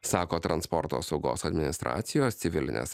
sako transporto saugos administracijos civilinės